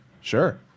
sure